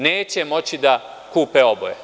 Neće moći da kupe oboje.